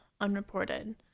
unreported